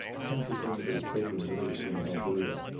ten percent of those children were in alberta.